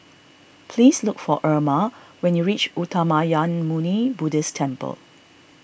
please look for Irma when you reach Uttamayanmuni Buddhist Temple